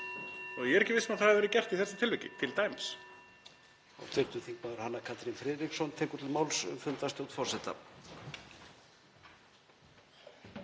og ég er ekki viss um að það hafi verið gert í þessu tilviki t.d.